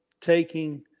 taking